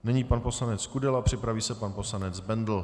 Nyní pan poslanec Kudela, připraví se pan poslanec Bendl.